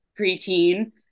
preteen